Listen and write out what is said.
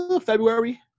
February